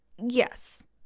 Yes